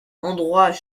endroits